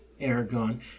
Aragon